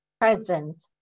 Present